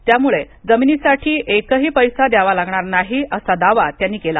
त्यामुळे जमिनीसाठी एक पैसाही द्यावा लागणार नाही असा दावा त्यांनी केला